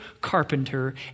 carpenter